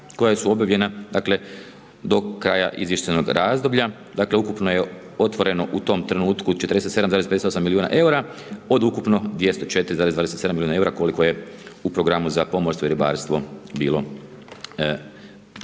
koja su objavljena, dakle, do kraja izvještajnog razdoblja, dakle, ukupno je otvoreno u tom trenutku 47,58 milijuna EUR-a od ukupno 204,27 milijuna EUR-a koliko je u programu za pomorstvo i ribarstvo bilo